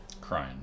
crying